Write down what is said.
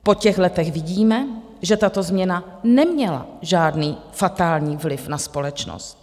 Po těch letech vidíme, že tato změna neměla žádný fatální vliv na společnost.